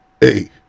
Hey